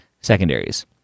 secondaries